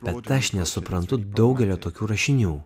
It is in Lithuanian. bet aš nesuprantu daugelio tokių rašinių